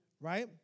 right